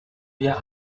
wir